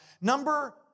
Number